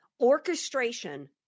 orchestration